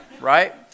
right